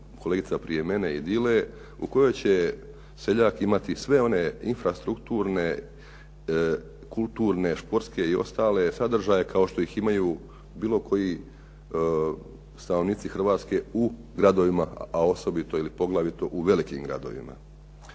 kolegica prije mene idile u kojoj će seljak imati sve one infrastrukturne, kulturne, športske i ostale sadržaje kao što ih imaju bilo koji stanovnici Hrvatske u gradovima, a osobito ili poglavito u velikim gradovima.